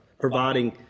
providing